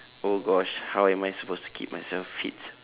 oh gosh how am I supposed to keep myself fit